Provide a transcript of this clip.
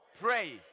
pray